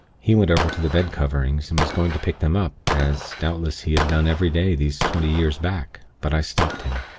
he went over to the bed coverings, and was going to pick them up, as, doubtless, he had done every day these twenty years back but i stopped him.